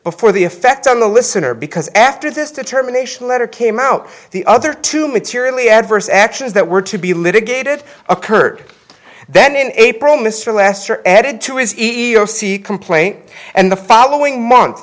before the effect on the listener because after this determination letter came out the other two materially adverse actions that were to be litigated occurred then in april mr lester added to his ego see complaint and the following month